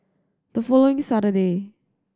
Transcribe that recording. the following Saturday